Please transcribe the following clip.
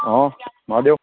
હ મહાદેવ